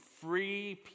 free